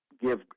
give